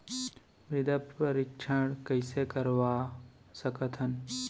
मृदा परीक्षण कइसे करवा सकत हन?